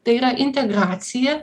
tai yra integracija